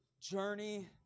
journey